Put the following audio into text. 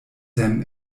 sam